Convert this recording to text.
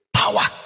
power